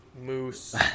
moose